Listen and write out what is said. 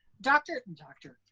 dr. and dr.